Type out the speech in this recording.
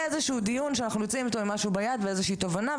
-- איזשהו דיון שאנחנו יוצאים ממנו עם משהו ביד ועם איזושהי תובנה,